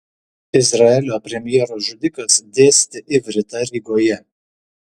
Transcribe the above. izraelio premjero žudikas dėstė ivritą rygoje